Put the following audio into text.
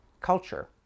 culture